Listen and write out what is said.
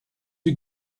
you